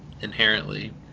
inherently